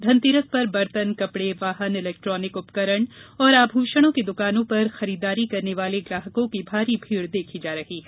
धनतेरस पर बर्तन कपड़े वाहन इलेक्ट्रॉनिक उपकरण और आभूषणों की द्वानों पर खरीददारी करने वाले ग्राहकों की भारी भीड़ देखी जा रही है